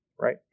right